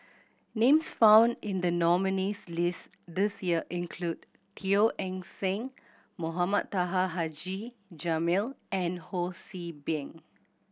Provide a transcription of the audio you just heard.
names found in the nominees' list this year include Teo Eng Seng Mohamed Taha Haji Jamil and Ho See Beng